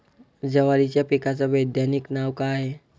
जवारीच्या पिकाचं वैधानिक नाव का हाये?